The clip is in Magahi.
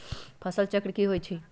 फसल चक्र की होई छै?